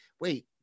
wait